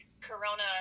Corona